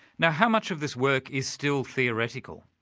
now how much of this work is still theoretical?